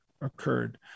occurred